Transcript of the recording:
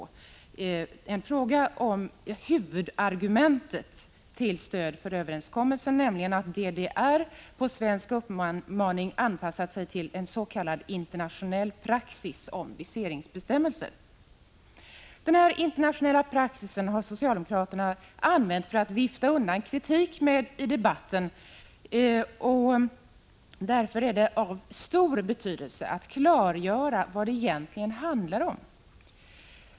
Det är frågan om huvudargumentet till stöd för överenskommelsen, nämligen att DDR på svensk uppmaning har anpassat sig till en s.k. internationell praxis om viseringsbestämmelser. Denna internationella praxis har socialdemokraterna använt för att vifta undan kritik i debatten, och därför är det av stor betydelse att de klargör vad det egentligen handlar om.